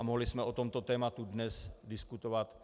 Mohli jsme o tomto tématu dnes diskutovat.